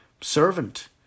servant